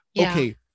Okay